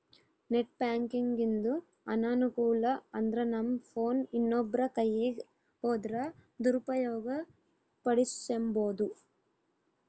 net ಬ್ಯಾಂಕಿಂಗಿಂದು ಅನಾನುಕೂಲ ಅಂದ್ರನಮ್ ಫೋನ್ ಇನ್ನೊಬ್ರ ಕೈಯಿಗ್ ಹೋದ್ರ ದುರುಪಯೋಗ ಪಡಿಸೆಂಬೋದು